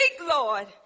Lord